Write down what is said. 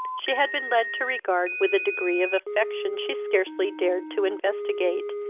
she had been led to regard with a degree of affection she scarcely dared to investigate,